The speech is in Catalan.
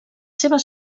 seves